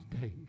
days